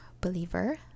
believer